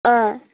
अँ